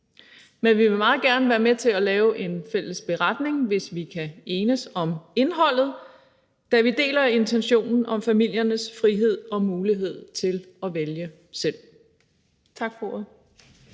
Men vi vil meget gerne være med til at lave en fælles beretning, hvis vi kan enes om indholdet, da vi deler intentionen om familiernes frihed til og mulighed for at vælge selv. Tak for ordet.